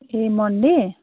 A Monday